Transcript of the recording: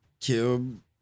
Kim